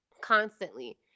constantly